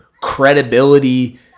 credibility